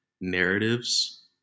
narratives